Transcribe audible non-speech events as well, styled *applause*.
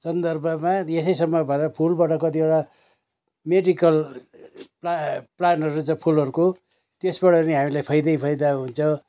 सन्दर्भमा यसै *unintelligible* फुलबाट कतिवटा मेडिकल प्ला प्लान्टहरू चाहिँ फुलहरूको त्यसबाट नि हामीलाई फायदै फायदा हुन्छ